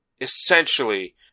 essentially